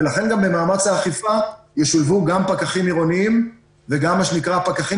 ולכן גם במאמץ האכיפה ישולבו גם פקחים עירוניים וגם פקחים